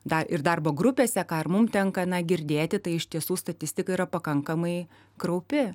dar ir darbo grupėse kam mum tenka girdėti tai iš tiesų statistika yra pakankamai kraupi